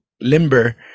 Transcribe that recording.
limber